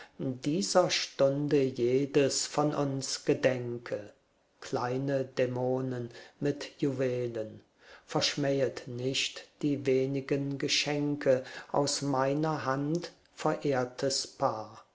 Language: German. dieser stunde jedes von uns gedenke kleine dämonen mit juwelen verschmähet nicht die wenigen geschenke aus meiner hand verehrtes paar